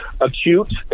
acute